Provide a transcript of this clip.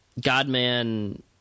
Godman